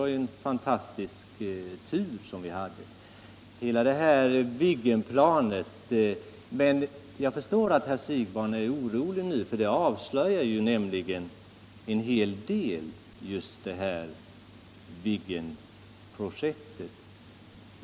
Jag förstår emellertid att herr Siegbahn är orolig nu, för Viggenprojektet avslöjar en hel del.